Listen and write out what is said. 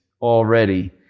already